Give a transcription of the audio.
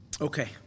Okay